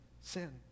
sin